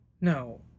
No